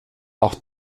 auch